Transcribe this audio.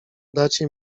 dacie